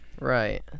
Right